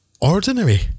ordinary